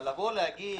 אבל לבוא ולהגיד